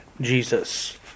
Jesus